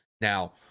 Now